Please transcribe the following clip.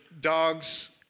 dogs